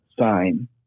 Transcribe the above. sign